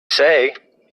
say